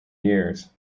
years